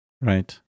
Right